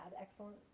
excellent